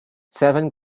seven